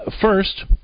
first